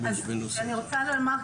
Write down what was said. בהחלט